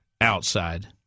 outside